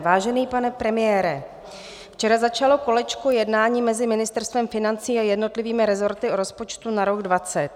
Vážený pane premiére, včera začalo kolečko jednání mezi Ministerstvem financí a jednotlivými resorty o rozpočtu na rok 2020.